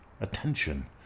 attention